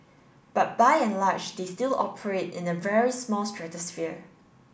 but by and large they still operate in a very small stratosphere